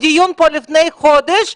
בדיון פה לפני חודש,